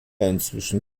inzwischen